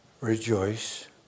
Rejoice